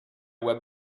web